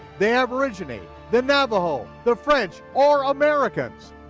the aborigine, the navajo, the french, or americans.